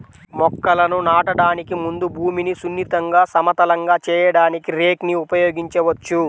మొక్కలను నాటడానికి ముందు భూమిని సున్నితంగా, సమతలంగా చేయడానికి రేక్ ని ఉపయోగించవచ్చు